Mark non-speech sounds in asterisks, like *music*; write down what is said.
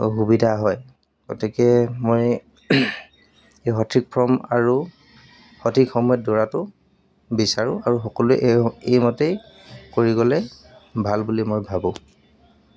*unintelligible* সুবিধা হয় গতিকে মই এই সঠিক ফৰ্ম আৰু সঠিক সময়ত দৌৰাতো বিচাৰোঁ আৰু সকলোৱে এই এইমতেই কৰি গ'লে মই ভাল বুলি ভাবোঁ